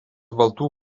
baltų